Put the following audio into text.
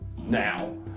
now